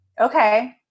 Okay